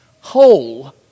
whole